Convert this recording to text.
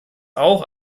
auch